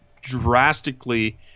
drastically